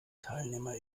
teilnehmer